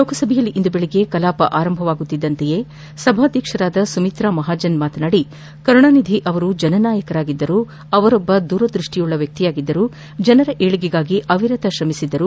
ಲೋಕಸಭೆಯಲ್ಲಿ ಇಂದು ಬೆಳಗ್ಗೆ ಕಲಾಪ ಆರಂಭವಾಗುತ್ತಿದ್ದಂತೆ ಸಭಾಧ್ಯಕ್ಷರಾದ ಸುಮಿತ್ರಾ ಮಹಾಜನ್ ಮಾತನಾಡಿ ಕರುಣಾನಿಧಿ ಅವರು ಜನನಾಯಕರಾಗಿದ್ದರು ಅವರೊಬ್ಬ ದೂರದೃಷ್ಟಿವುಳ್ಳ ವ್ಯಕ್ತಿಯಾಗಿದ್ದು ಜನರ ಏಳಿಗೆಗಾಗಿ ಅವಿರತ ಶ್ರಮಿಸಿದ್ದಾರೆ